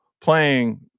playing